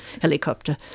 helicopter